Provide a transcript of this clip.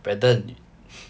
brandon